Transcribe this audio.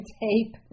tape